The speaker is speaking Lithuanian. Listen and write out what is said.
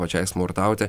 pačiai smurtauti